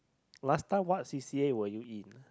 last time what c_c_a were you in